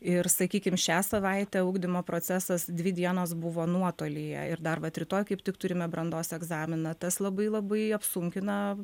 ir sakykim šią savaitę ugdymo procesas dvi dienos buvo nuotolyje ir dar vat rytoj kaip tik turime brandos egzaminą tas labai labai apsunkina